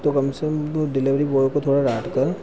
तो कम से कम डिलेवरी बॉय को थोड़ा डांट कर